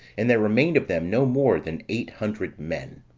and there remained of them no more than eight hundred men.